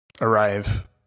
arrive